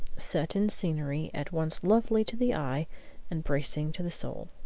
set in scenery at once lovely to the eye and bracing to the soul.